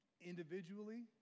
individually